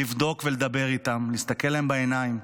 לבדוק ולדבר איתם, להסתכל להם בעיניים,